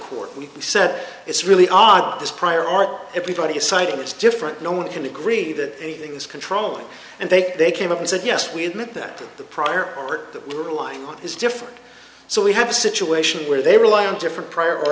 court we said it's really odd this prior art everybody is citing it's different no one can agree that anything is controlling and they say they came up and said yes we admit that the prior art that we're relying on is different so we have a situation where they rely on different prior